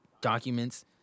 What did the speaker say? documents